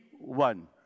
one